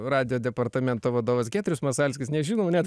radijo departamento vadovas giedrius masalskis nežinom net